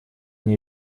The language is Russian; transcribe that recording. мне